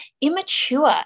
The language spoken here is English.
immature